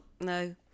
No